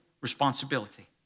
responsibility